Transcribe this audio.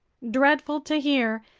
dreadful to hear,